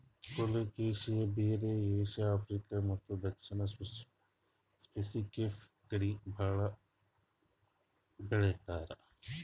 colocasia ಬೇರ್ Asia, Africa ಮತ್ತ್ ದಕ್ಷಿಣ್ ಸ್ಪೆಸಿಫಿಕ್ ಕಡಿ ಭಾಳ್ ಬೆಳಿತಾರ್